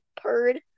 purred